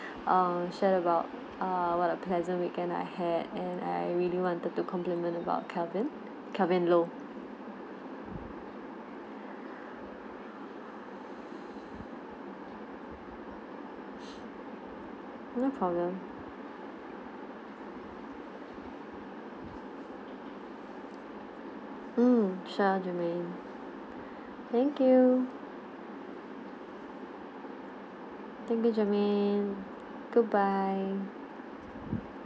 err share about err what a pleasant weekend I had and I really want to do compliment about kelvin kelvin loh no problem mm sure germane thank you thank you germane goodbye